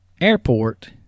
airport